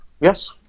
Yes